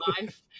life